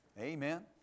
Amen